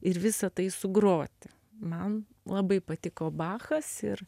ir visa tai sugroti man labai patiko bachas ir